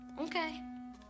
Okay